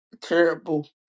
Terrible